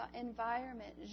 environment